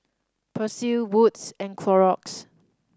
Persil Wood's and Clorox